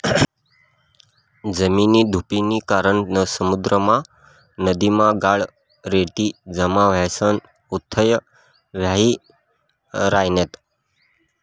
जमीननी धुपनी कारण समुद्रमा, नदीमा गाळ, रेती जमा व्हयीसन उथ्थय व्हयी रायन्यात